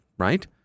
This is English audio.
Right